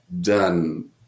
done